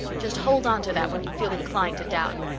just hold on to that when you feel inclined to doubt.